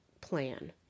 plan